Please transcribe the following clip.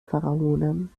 pharaonen